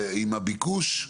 עם הביקוש,